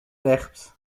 lerps